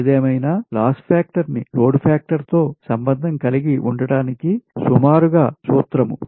ఏదేమైనా loss factor ని load factor తో సంబంధం కలిగి ఉండటానికి సుమారు గా ఉపయోగించే సూత్రం